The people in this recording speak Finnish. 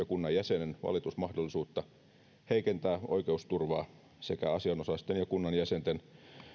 kunnan jäsenen valitusmahdollisuutta heikentää oikeusturvaa sekä asianosaisten ja kunnan jäsenten